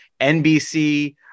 NBC